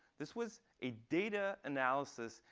this was a data analysis,